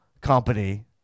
company